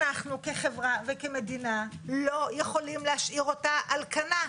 אנחנו כחברה וכמדינה לא יכולים להשאיר אותה על כנה.